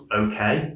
okay